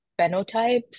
phenotypes